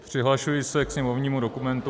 Přihlašuji se ke sněmovnímu dokumentu 5541.